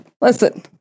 listen